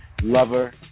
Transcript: lover